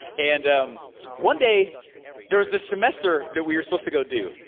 and um one day there was this semester that we were supposed to go do,